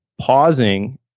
pausing